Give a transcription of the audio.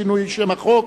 שינוי שם החוק)